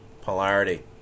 polarity